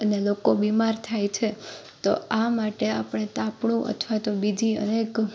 અને લોકો બીમાર થાય છે તો આ માટે આપણે તાપણું અથવા તો બીજી અનેક